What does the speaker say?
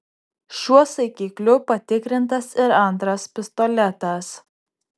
šiuo saikikliu patikrintas ir antras pistoletas